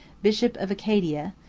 bishop of acadia,